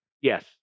yes